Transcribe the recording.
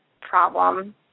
problem